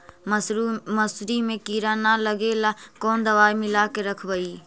मसुरी मे किड़ा न लगे ल कोन दवाई मिला के रखबई?